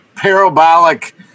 parabolic